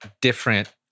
different